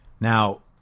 Now